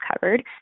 covered